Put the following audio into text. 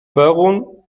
warum